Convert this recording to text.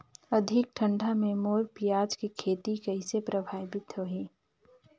अधिक ठंडा मे मोर पियाज के खेती कइसे प्रभावित होही?